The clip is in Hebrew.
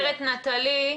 אומרת נטלי,